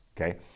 Okay